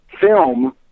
film